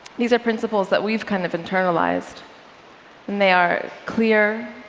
these are principles that we've kind of internalized, and they are clear,